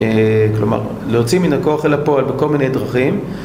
כלומר להוציא מן הכוח אל הפועל בכל מיני דרכים